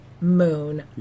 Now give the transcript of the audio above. moon